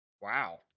Wow